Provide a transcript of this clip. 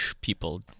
people